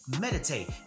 meditate